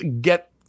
get